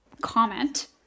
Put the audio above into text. Comment